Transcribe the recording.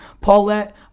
Paulette